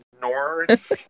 north